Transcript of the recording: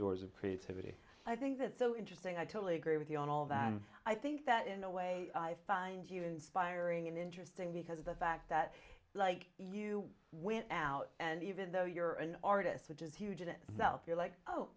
doors of creativity i think that's so interesting i totally agree with you on all of that and i think that in a way i find you inspiring and interesting because the fact that like you went out and even though you're an artist which is huge and now you're like oh